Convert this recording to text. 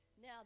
Now